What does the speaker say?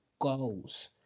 goals